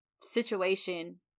situation